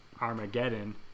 Armageddon